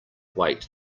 wait